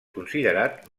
considerat